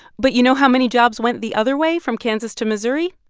but you know how many jobs went the other way from kansas to missouri?